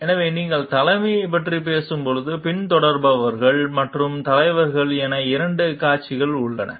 எனவே நீங்கள் தலைமையைப் பற்றி பேசும்போது பின்தொடர்பவர்கள் மற்றும் தலைவர்கள் என இரண்டு கட்சிகள் உள்ளன